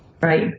Right